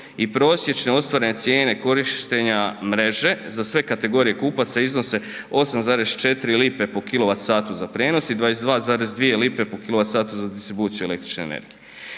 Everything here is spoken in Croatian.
i prosječno ostvarene cijene korištenja mreže za sve kategorije kupaca iznose 8,4 lipe po kW za prijenos i 22,2 po kW za distribuciju električne energije.